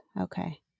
Okay